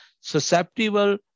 susceptible